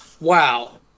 wow